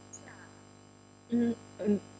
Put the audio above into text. mm mm